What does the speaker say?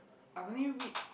I've only read